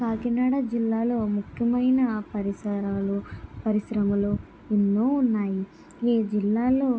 కాకినాడ జిల్లాలో ముఖ్యమైన పరిసరాలు పరిశ్రమలు ఎన్నో ఉన్నాయి ఈ జిల్లాలో